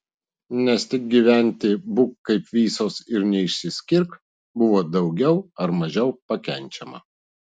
nes tik gyventi būk kaip visos ir neišsiskirk buvo daugiau ar mažiau pakenčiama